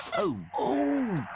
oh